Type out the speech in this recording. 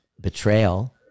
betrayal